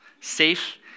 safe